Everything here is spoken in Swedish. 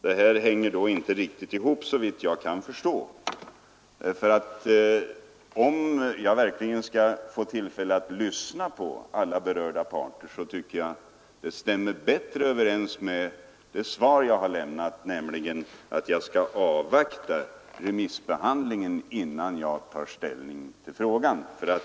Det hänger inte ihop riktigt. Om jag verkligen skall få tillfälle att lyssna på alla berörda parter stämmer det bättre överens med detta krav att jag gör som jag sade i svaret, nämligen avvaktar remissbehandlingen innan jag tar ställning till frågan.